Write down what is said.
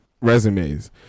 resumes